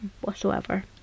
whatsoever